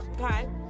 okay